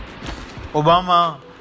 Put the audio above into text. Obama